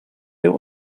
ihr